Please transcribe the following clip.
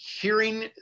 hearing